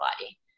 body